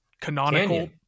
Canonical